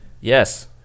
Yes